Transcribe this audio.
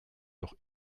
doch